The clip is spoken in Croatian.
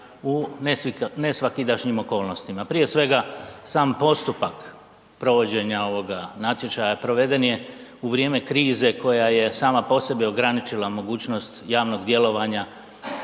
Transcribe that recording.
u nesvakidašnjim okolnostima. Prije svega, sam postupak provođenja ovoga natječaja, proveden je u vrijeme krize koja je sama po sebi ograničila mogućnost javnog djelovanja.